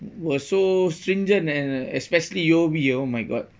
were so stringent and especially U_O_B oh my god